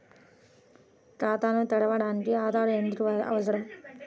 ఖాతాను తెరవడానికి ఆధార్ ఎందుకు అవసరం?